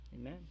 Amen